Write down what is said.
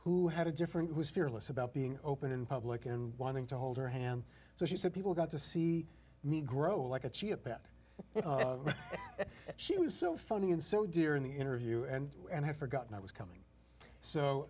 who had a different who was fearless about being open in public and wanting to hold her hand so she said people got to see me grow like a chia pet she was so funny and so dear in the interview and had forgotten i was coming so